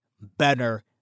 better